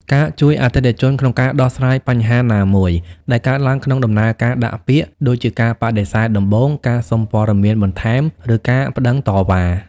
ការជួយអតិថិជនក្នុងការដោះស្រាយបញ្ហាណាមួយដែលកើតឡើងក្នុងដំណើរការដាក់ពាក្យ ដូចជាការបដិសេធដំបូង ការសុំព័ត៌មានបន្ថែម ឬការប្តឹងតវ៉ា។